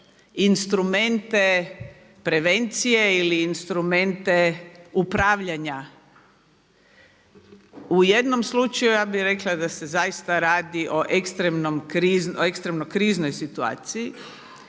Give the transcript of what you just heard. instrumente prevencije ili instrumente upravljanja. U jednom slučaju ja bih rekla da se zaista radi o ekstremno kriznoj situaciji.